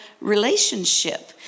relationship